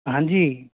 हाँ जी